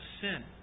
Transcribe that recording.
sin